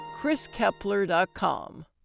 ChrisKepler.com